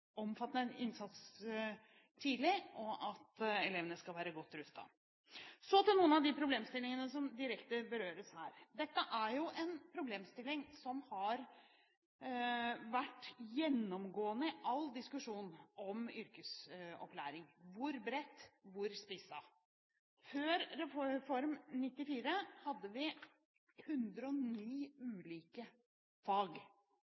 være godt rustet. Så til noen av de problemstillingene som direkte berøres her. Én problemstilling har vært gjennomgående i all diskusjon om yrkesopplæring: hvor bredt, hvor spisset? Før Reform 94 hadde vi 109 ulike fag.